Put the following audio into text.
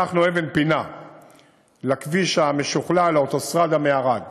הנחנו אבן פינה לכביש המשוכלל, האוטוסטרדה מערד.